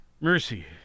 Mercy